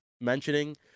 mentioning